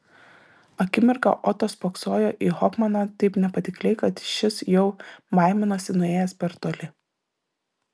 akimirką oto spoksojo į hofmaną taip nepatikliai kad šis jau baiminosi nuėjęs per toli